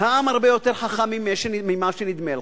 העם הרבה יותר חכם ממה שנדמה לך.